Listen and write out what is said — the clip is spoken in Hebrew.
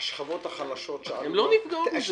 השכבות החלשות --- הם לא נפגעים מזה.